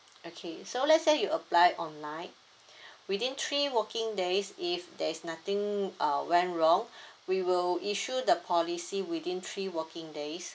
okay so let's say you apply online within three working days if there's nothing uh went wrong we will issue the policy within three working days